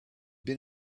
been